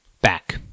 back